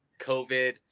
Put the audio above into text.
covid